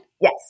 Yes